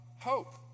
hope